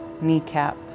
Kneecap